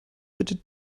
bitte